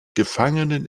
gefangenen